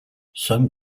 some